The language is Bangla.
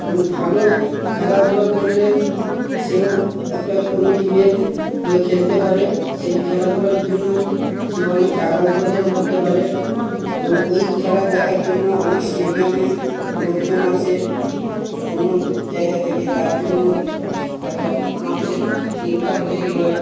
এবং ভালো খেলাধুলা করলে সেও একটা কোনো টিমের হয়ে খেলতে পারে সেই খেলাধুলার জন্যই সে অনেক টাকা উপার্জন করতে পারে এবং ওই খেলা দেখার জন্য অনেক স্টেডিয়ামে লোকজন আসে অন্য জায়গা থেকে তার জন্য একটা মানুষের ইনকাম তৈরি হয়